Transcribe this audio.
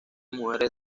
mujeres